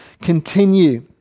continue